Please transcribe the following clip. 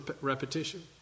repetition